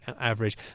average